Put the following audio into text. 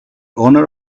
owner